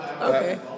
Okay